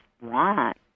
want